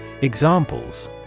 Examples